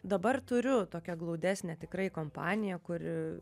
dabar turiu tokią glaudesnę tikrai kompaniją kuri